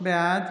בעד